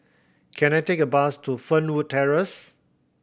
can I take a bus to Fernwood Terrace